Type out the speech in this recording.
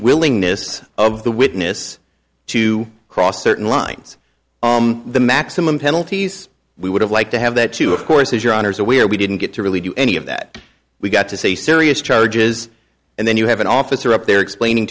willingness of the witness to cross certain lines the maximum penalties we would have like to have that to of course is your honour's aware we didn't get to really do any of that we got to say serious charges and then you have an officer up there explaining